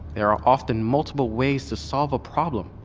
there are often multiple ways to solve a problem.